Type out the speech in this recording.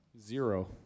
Zero